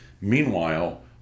meanwhile